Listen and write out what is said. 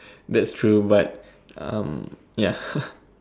that's true but um ya